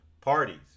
parties